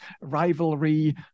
rivalry